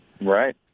Right